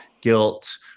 guilt